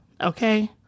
Okay